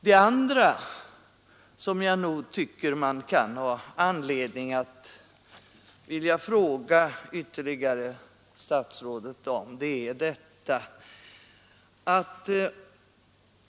Det andra som jag tycker mig ha anledning fråga statsrådet om ytterligare är följande.